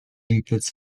methods